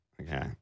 Okay